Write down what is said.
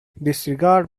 disregard